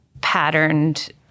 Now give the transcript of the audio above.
patterned